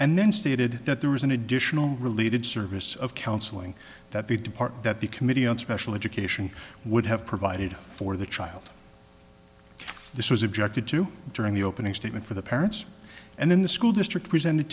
and then stated that there was an additional related service of counseling that the department that the committee on special education would have provided for the child this was objected to during the opening statement for the parents and then the school district presented